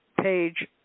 page